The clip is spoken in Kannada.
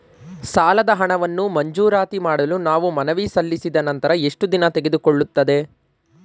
ಸಾಲದ ಹಣವನ್ನು ಮಂಜೂರಾತಿ ಮಾಡಲು ನಾವು ಮನವಿ ಸಲ್ಲಿಸಿದ ನಂತರ ಎಷ್ಟು ದಿನ ತೆಗೆದುಕೊಳ್ಳುತ್ತದೆ?